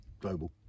Global